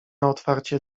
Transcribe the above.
otwarcie